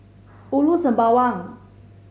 Ulu Sembawang